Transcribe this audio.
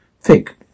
thick